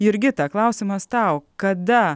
jurgita klausimas tau kada